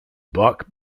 buck